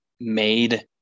made